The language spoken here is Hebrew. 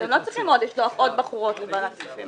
אתם לא צריכים לשלוח עוד בחורות לוועדת הכספים,